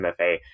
MFA